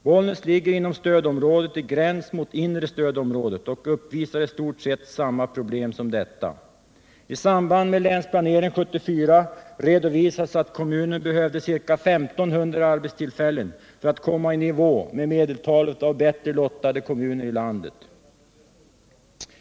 Bollnäs ligger inom stödområdet på gränsen mot inre stödområdet och uppvisar i stort sett samma problem som detta. I samband med Länsplanering 74 redovisades att kommunen behövde ca 1 500 arbetstillfällen för att komma i nivå med medeltalet och bättre lottade kommuner i landet.